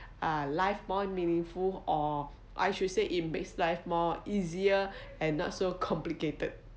uh life more meaningful or I should say it makes life more easier and not so complicated